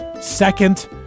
second